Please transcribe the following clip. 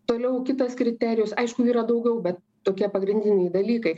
toliau kitas kriterijus aišku yra daugiau bet tokie pagrindiniai dalykai